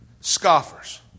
scoffers